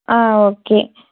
ஆ okay